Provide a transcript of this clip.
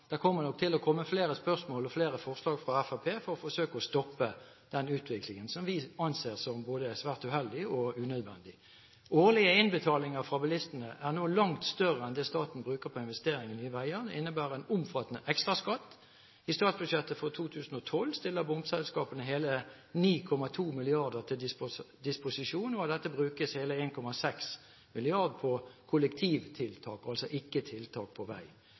det kommer nok til å komme flere spørsmål og flere forslag fra Fremskrittspartiet for å forsøke å stoppe denne utviklingen, som vi anser som både svært uheldig og unødvendig. Årlige innbetalinger fra bilistene er nå langt større enn det staten bruker på investeringer i veier. Det innebærer en omfattende ekstraskatt. I statsbudsjettet for 2012 stiller bomselskapene hele 9,2 mrd. kr til disposisjon, og av dette brukes hele 1,6 mrd. kr på kollektivtiltak, altså ikke til tiltak på vei.